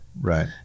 right